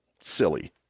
Silly